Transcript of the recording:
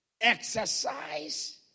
exercise